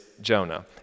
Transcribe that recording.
Jonah